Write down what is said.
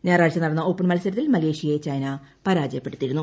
ഞായറാഴ്ച നടന്ന ഓപ്പൺ മത്സരത്തിൽ മലേഷ്യയെ ചൈന പരാജയപ്പെടുത്തിയിരുന്നു